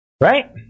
Right